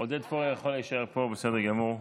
עודד פורר יכול להישאר פה, בסדר גמור.